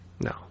No